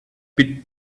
bit